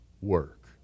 work